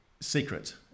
secret